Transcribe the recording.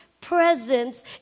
presence